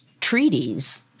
treaties